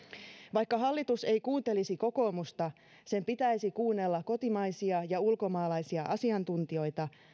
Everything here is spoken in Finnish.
vaikka hallitus ei kuuntelisi kokoomusta sen pitäisi kuunnella kotimaisia ja ulkomaalaisia asiantuntijoita